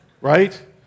right